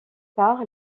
tard